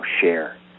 share